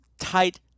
tight